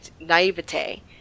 naivete